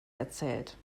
erzählt